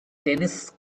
tennis